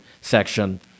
section